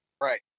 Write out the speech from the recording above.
Right